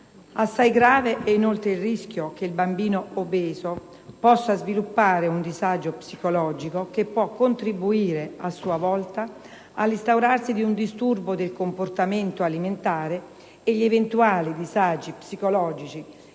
Assai grave è inoltre il rischio che il bambino obeso possa sviluppare un disagio psicologico, che può contribuire a sua volta all'instaurarsi di un disturbo del comportamento alimentare, e gli eventuali disagi psicologici